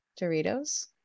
Doritos